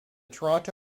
toronto